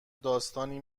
داستانی